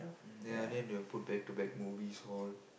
then they'll put back to back movies all